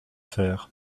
fer